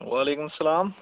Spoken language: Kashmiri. وعلیکُم سَلام